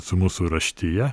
su mūsų raštija